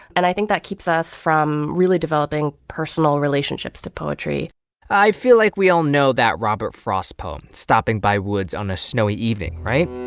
and i think that keeps us from really developing personal relationships to poetry i feel like we all know that robert frost poem stopping by woods on a snowy evening, right?